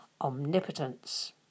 omnipotence